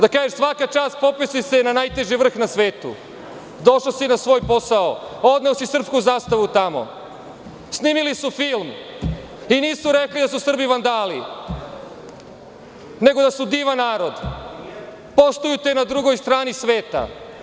Da kažeš svaka čast popeo si se na najteži vrh na svetu, došao si na svoj posao, pa odneo si srpsku zastavu tamo, snimili su film i nisu rekli da su Srbi vandali nego da su divan narod, poštuju te na drugoj strani sveta.